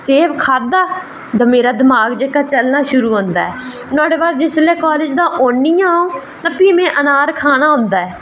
सेव खाद्धा ते मेरा दमाग चलना शुरू होई जंदा ऐ नुहाड़े बाद जिसलै कॉलेज़ दा औनी आं अं'ऊ ते प्ही में अनार खाना होंदा ऐ